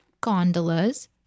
gondolas